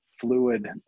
fluid